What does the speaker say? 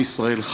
עם ישראל חי,